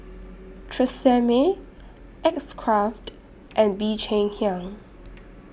Tresemme X Craft and Bee Cheng Hiang